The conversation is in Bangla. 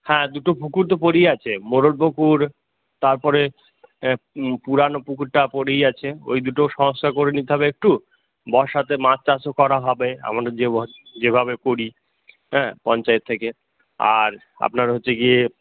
হ্যাঁ দুটো পুকুর তো পড়েই আছে মোড়ল পুকুর তারপরে পুরনো পুকুরটা পড়েই আছে ওই দুটোর সংস্কার করে নিতে হবে একটু বর্ষাতে মাছ চাষও করা হবে আমাদের যে যেভাবে করি হ্যাঁ পঞ্চায়েত থেকে আর আপনার হচ্ছে গিয়ে